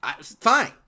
fine